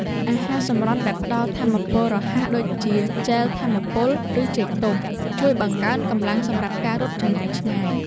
អាហារសម្រន់ដែលផ្ដល់ថាមពលរហ័ស ដូចជាជែលថាមពល ឬចេកទុំ ជួយបង្កើនកម្លាំងសម្រាប់ការរត់ចម្ងាយឆ្ងាយ។